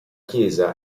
chiesa